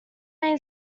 main